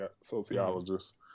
sociologist